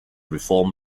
reform